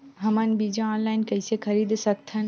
हमन बीजा ऑनलाइन कइसे खरीद सकथन?